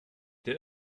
der